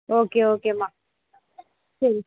okay ஓகேம்மா சரி